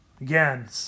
Again